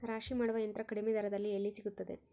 ರಾಶಿ ಮಾಡುವ ಯಂತ್ರ ಕಡಿಮೆ ದರದಲ್ಲಿ ಎಲ್ಲಿ ಸಿಗುತ್ತದೆ?